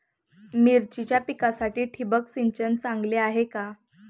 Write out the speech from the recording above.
मिरचीच्या पिकासाठी ठिबक सिंचन चांगले आहे का?